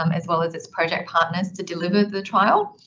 um as well as its project partners to deliver the trial.